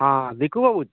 ᱫᱤᱠᱩ ᱵᱟᱵᱩᱡ